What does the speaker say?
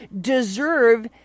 deserve